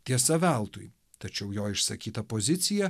tiesa veltui tačiau jo išsakyta pozicija